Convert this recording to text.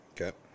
okay